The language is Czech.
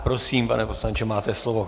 Prosím, pane poslanče, máte slovo.